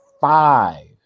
five